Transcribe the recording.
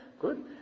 Good